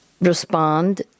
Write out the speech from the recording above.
respond